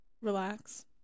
relax